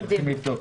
אני מסכים איתו.